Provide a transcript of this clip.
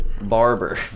barber